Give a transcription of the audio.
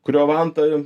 kurio vanta